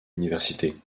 université